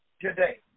Today